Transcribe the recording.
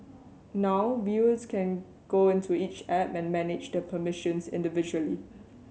now viewers can go into each app and manage the permissions individually